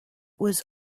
was